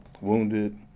wounded